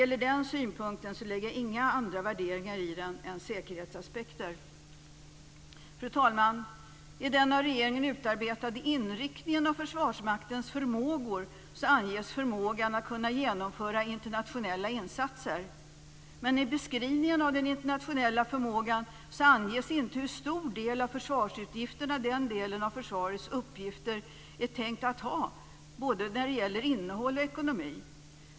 I den synpunkten lägger jag inga andra värderingar än säkerhetsaspekter. Fru talman! I den av regeringen utarbetade inriktningen av Försvarsmaktens förmågor anges förmågan att genomföra internationella insatser, men i beskrivningen av den internationella förmågan anges inte hur stor del av försvarsutgifterna den delen av försvarets uppgifter är tänkt att ha, vad gäller både innehåll och ekonomi.